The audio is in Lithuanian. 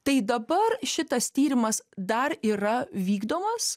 tai dabar šitas tyrimas dar yra vykdomas